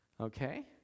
Okay